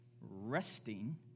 resting